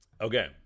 Okay